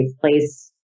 place